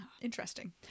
Interesting